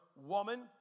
woman